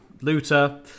Looter